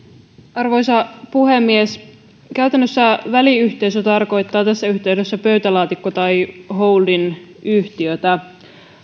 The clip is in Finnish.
arvoisa puhemies käytännössä väliyhteisö tarkoittaa tässä yhteydessä pöytälaatikko tai holding yhtiötä